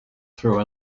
through